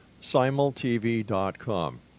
Simultv.com